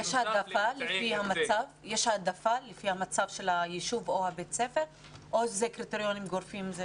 יש העדפה לפי המצב של הישוב או בית הספר או שאלה קריטריונים גורפים?